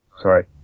sorry